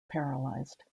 paralyzed